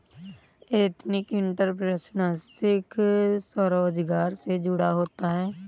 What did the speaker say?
ethnic entrepreneurship स्वरोजगार से जुड़ा होता है